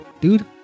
Dude